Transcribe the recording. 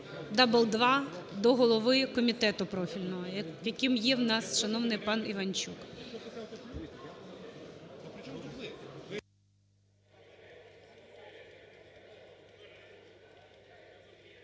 два – до голови комітету профільного, яким є в нас шановний пан Іванчук.